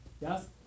Yes